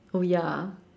oh ya